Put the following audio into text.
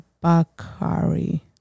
bakari